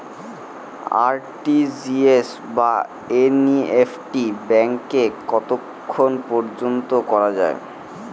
RTGS বা NEFT ব্যাংকে কতক্ষণ পর্যন্ত করা যায়?